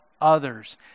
others